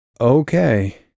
Okay